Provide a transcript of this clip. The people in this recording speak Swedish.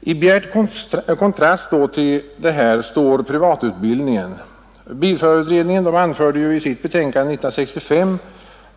I bjärt kontrast till detta står privatutbildningen. Bilförarutredningen anförde i sitt betänkande år 1965,